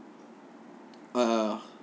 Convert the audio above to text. a